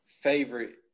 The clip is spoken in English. favorite